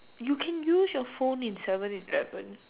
you can use your phone in seven eleven